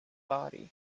body